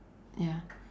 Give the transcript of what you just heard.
ya